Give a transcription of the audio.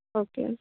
okay